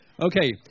Okay